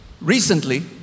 Recently